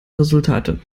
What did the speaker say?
resultate